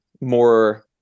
more